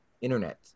internet